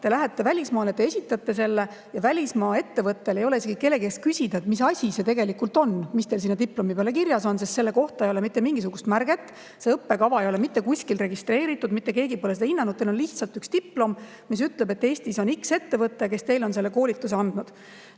te lähete välismaale ja esitate selle, siis välismaa ettevõttel ei ole täna kellegi käest küsida, mis asi see tegelikult on, mis teil seal peal kirjas on, sest selle kohta ei ole mitte mingisugust märget. See õppekava ei ole mitte kuskil registreeritud, mitte keegi pole seda hinnanud, teil on lihtsalt üks tunnistus, mis ütleb, et Eestis on x-ettevõte, kes on teile selle koolituse andnud.